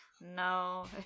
no